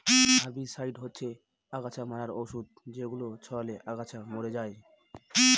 herbicide হচ্ছে অগাছা মারার ঔষধ যেগুলো ছড়ালে আগাছা মরে যায়